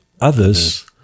others